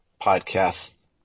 podcast